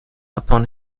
upon